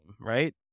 Right